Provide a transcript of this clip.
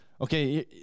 Okay